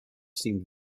seemed